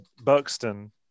Buxton